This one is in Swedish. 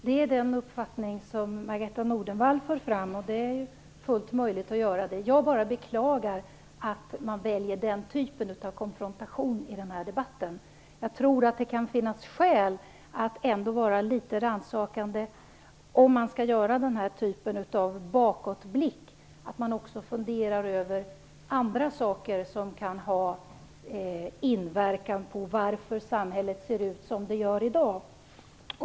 Herr talman! Det är den uppfattning som Margareta E Nordenvall för fram, vilket är fullt möjligt att göra. Jag bara beklagar att man väljer den typen av konfrontation i denna debatt. Jag tror att det kan finnas skäl att ändå vara litet rannsakande, om man skall göra den här typen av bakåtblickande, och också fundera över andra saker som kan ha inverkan på att samhället ser ut som det gör i dag.